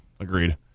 agreed